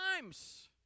times